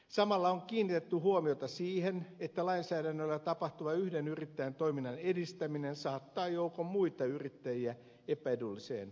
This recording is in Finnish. samalla on kiinnitetty huomiota siihen että lainsäädännöllä tapahtuva yhden yrittäjän toiminnan edistäminen saattaa joukon muita yrittäjiä epäedulliseen asemaan